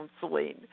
counseling